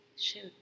shoot